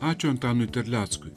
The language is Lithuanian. ačiū antanui terleckui